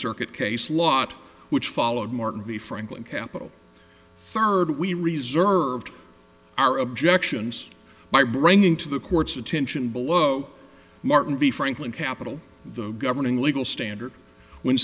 circuit case lot which followed morton v franklin capital third we reserved our objections by bringing to the court's attention below martin v franklin capital the governing legal standard when